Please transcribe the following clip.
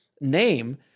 name